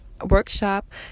workshop